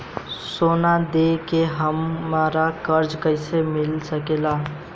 सोना दे के हमरा कर्जा कईसे मिल सकेला?